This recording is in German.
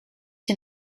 den